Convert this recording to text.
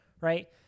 right